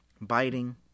Biting